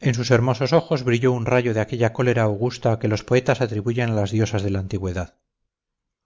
en sus hermosos ojos brilló un rayo de aquella cólera augusta que los poetas atribuyen a las diosas de la antigüedad